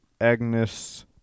Agnes